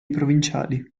provinciali